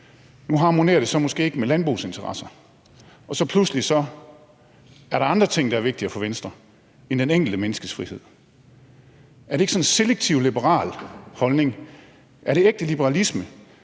Nu harmonerer det måske så ikke med landbrugsinteresser, og så er der pludselig andre ting, der er vigtigere for Venstre end det enkelte menneskes frihed. Er det ikke sådan en selektiv liberal holdning? Er det ægte liberalisme,